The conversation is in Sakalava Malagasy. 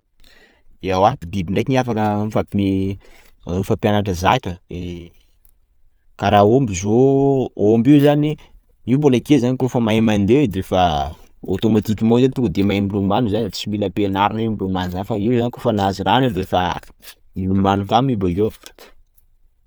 Ewa, biby ndraiky anie afaka mifampi- mifampianatra zaka e, karah omby zô, omby io zany, io mbola kely zany kôfa mahay mandeha de efa automatiquement io tonga de mahay milomano zany ai, tsy mila ampianarina io, milomano zany fa io zany kôfa nahazo rano de efa milomano kamy i bakeo.